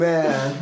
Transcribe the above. Man